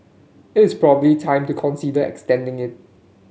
it is probably time to consider extending it